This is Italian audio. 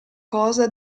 cosa